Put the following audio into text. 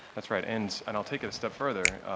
that's right. and and i'll take it a step further,